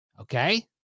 Okay